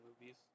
movies